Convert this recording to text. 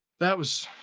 that was.